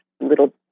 little